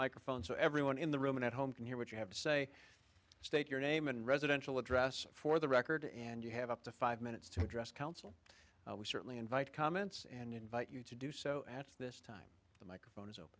microphone so everyone in the room and at home can hear what you have to say state your name and residential address for the record and you have up to five minutes to address council we certainly invite comments and invite you to do so at this time the microphone